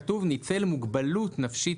כתוב 'ניצל מוגבלות נפשית,